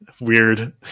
weird